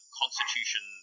constitution